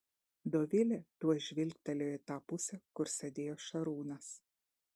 dovilė tuoj žvilgtelėjo į tą pusę kur sėdėjo šarūnas